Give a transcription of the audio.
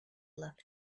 left